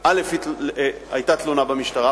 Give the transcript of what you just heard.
היתה תלונה במשטרה,